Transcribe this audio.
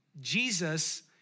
Jesus